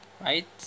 Right